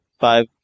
Five